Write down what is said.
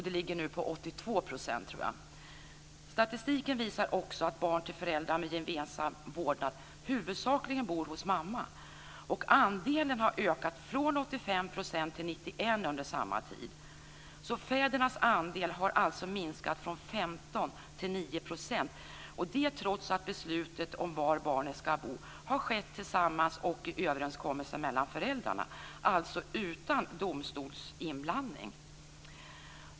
Den ligger nu på Statistiken visar också att barn till föräldrar med gemensam vårdnad huvudsakligen bor hos mamma. Andelen har ökat från 85 % till 91 % under samma tid. Fädernas andel har alltså minskat från 15 % till 9 %, trots att beslutet om var barnet ska bo har skett tillsammans och i överenskommelse mellan föräldrarna. Alltså utan domstolsinblandning.